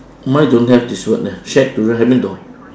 mine don't have this word eh shack to rent hai bin dou